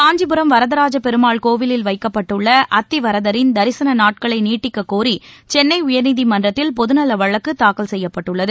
காஞ்சிபுரம் வரதராஜ பெருமாள் கோவிலில் வைக்கப்பட்டுள்ள அத்திவரதரின் தரிசன நாட்களை நீட்டிக்கக்கோரி சென்னை உயர்நீதிமன்றத்தில் பொதுநல வழக்கு தாக்கல் செய்யப்பட்டுள்ளது